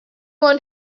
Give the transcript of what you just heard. one